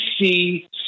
see